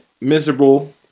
miserable